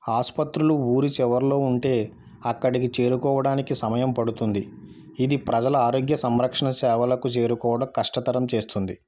ఆస్పత్రులు ఊరి చివర్లో ఉంటే అక్కడికి చేరుకోవడానికి సమయం పడుతుంది ఇది ప్రజల ఆరోగ్య సంరక్షణ సేవలకు చేరుకోవడం కష్టతరం చేస్తుంది